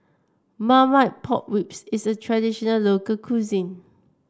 Marmite Pork Ribs is a traditional local cuisine